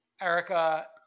Erica